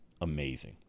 Amazing